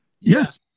Yes